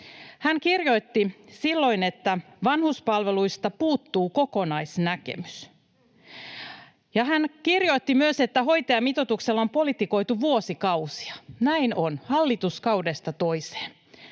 Hän kirjoitti silloin, että ”vanhuspalveluista puuttuu kokonaisnäkemys”. Hän kirjoitti myös, että ”hoitajamitoituksella on politikoitu vuosikausia”. Näin on, hallituskaudesta toiseen.